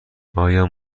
آیا